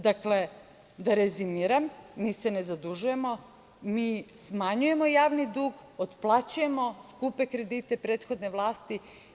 Dakle, da rezimiram, mi se ne zadužujemo, mi smanjujemo javni dug, otplaćujemo skupe kredite prethodne vlasti.